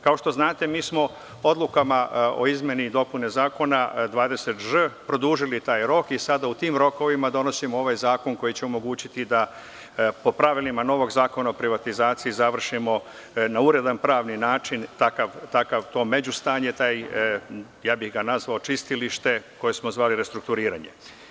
Kao što znate mi smo odlukama o izmeni i dopuni zakona 20ž produžili taj rok i sada u tim rokovima donosimo ovaj zakon koji će omogućiti da po pravilima novog Zakona o privatizaciji završimo na uredan pravni način takvo međustanje, ja bih ga nazvao čistilište koje smo zvali restrukturiranje.